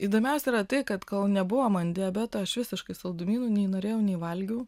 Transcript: įdomiausia yra tai kad kol nebuvo man diabeto aš visiškai saldumynų nei norėjau nei valgiau